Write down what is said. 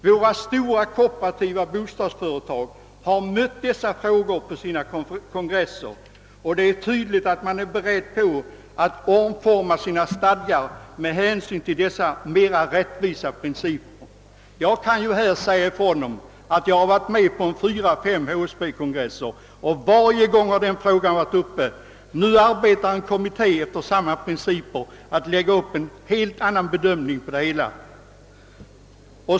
Våra stora kooperativa bostadsföretag har mött dessa frågor på sina kongresser, och det är tydligt att man är beredd att omforma sina stadgar med hänsyn till dessa mera rättvisa principer. Jag har varit med på fyra, fem HSB-kongresser, och varje gång har denna fråga varit uppe. Nu arbetar en kommitté på att utforma dessa principer; man försöker lägga upp en helt annan bedömning.